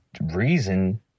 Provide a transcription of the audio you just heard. reason